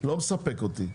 לא מספק אותי.